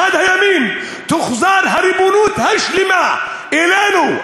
ולכן באחד הימים תוחזר הריבונות השלמה אלינו,